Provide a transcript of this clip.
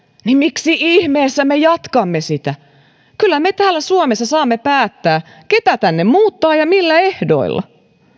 niin miksi ihmeessä me jatkamme sitä kyllä me täällä suomessa saamme päättää kei tä tänne muuttaa ja millä ehdoilla